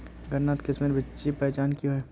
गन्नात किसम बिच्चिर पहचान की होय?